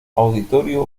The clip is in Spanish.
auditorio